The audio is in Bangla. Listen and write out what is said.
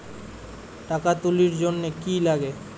টাকা তুলির জন্যে কি লাগে?